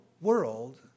world